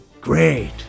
Great